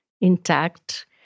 intact